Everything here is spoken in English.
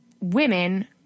women